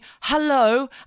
hello